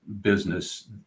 business